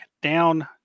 down